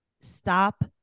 Stop